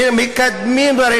מקדמים דברים.